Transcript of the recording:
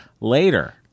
later